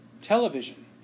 Television